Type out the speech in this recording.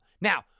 Now